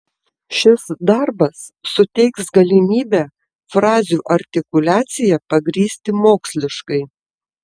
šis darbas suteiks galimybę frazių artikuliaciją pagrįsti moksliškai